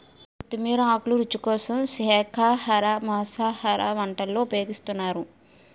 కొత్తిమీర ఆకులు రుచి కోసం శాఖాహార మాంసాహార వంటల్లో ఉపయోగిస్తున్నారు